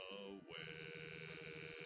away